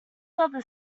other